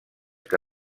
que